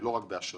ולא רק באשראי.